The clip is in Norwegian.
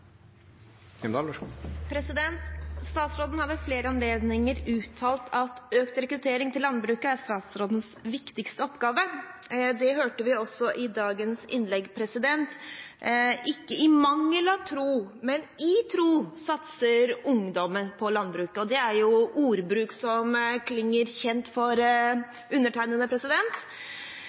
Statsråden har ved flere anledninger uttalt at økt rekruttering til landbruket er statsrådens viktigste oppgave. Det hørte vi også i dagens innlegg – ikke i mangel av tro, men i tro, satser ungdommen på landbruket. Det er jo ordbruk som klinger kjent for